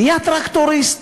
נהיה טרקטוריסט.